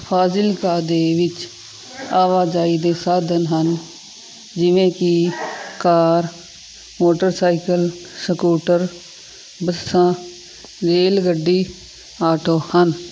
ਫ਼ਾਜ਼ਿਲਕਾ ਦੇ ਵਿੱਚ ਆਵਾਜਾਈ ਦੇ ਸਾਧਨ ਹਨ ਜਿਵੇਂ ਕਿ ਕਾਰ ਮੋਟਰਸਾਈਕਲ ਸਕੂਟਰ ਬੱਸਾਂ ਰੇਲ ਗੱਡੀ ਆਟੋ ਹਨ